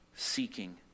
Seeking